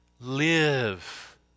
live